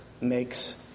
makes